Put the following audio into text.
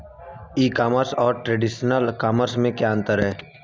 ई commerce और traditional commerce में क्या अंतर है?